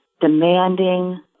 demanding